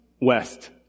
west